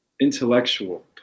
intellectual